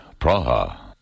Praha